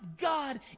God